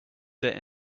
sit